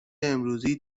امروزی